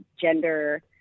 gender